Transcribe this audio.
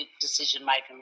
decision-making